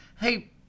hey